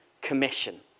commission